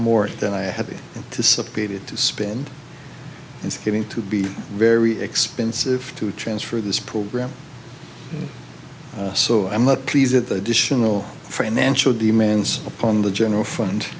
more than i have to subpoena it to spend it's getting to be very expensive to transfer this program so i'm not pleased at the additional financial demands upon the general fund